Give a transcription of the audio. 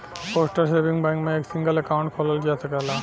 postal saving bank में एक single account खोलल जा सकला